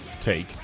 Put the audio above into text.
take